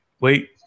wait